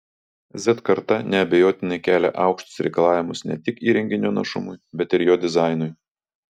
z karta neabejotinai kelia aukštus reikalavimus ne tik įrenginio našumui bet ir jo dizainui